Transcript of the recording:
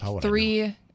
three